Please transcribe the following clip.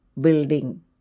building